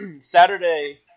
Saturday